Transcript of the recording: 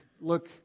look